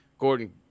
Gordon